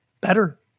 better